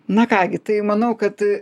na ką gi tai manau kad